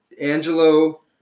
Angelo